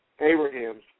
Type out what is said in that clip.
Abraham's